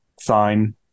sign